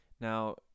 Now